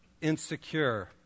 insecure